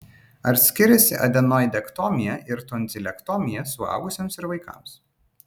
ar skiriasi adenoidektomija ir tonzilektomija suaugusiesiems ir vaikams